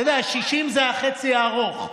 אתה יודע, 60 זה החצי הארוך.